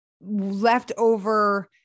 leftover